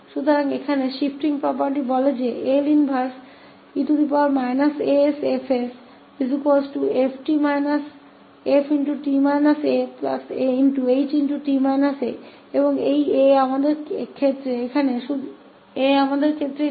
तो यहां shifting property कहती है कि L 1e asFfH और यह 𝑎 हमारे मामले में यहां 1 है और यहां 𝑎 2 है और यहां 𝑎 3 है